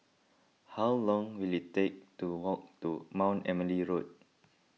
how long will it take to walk to Mount Emily Road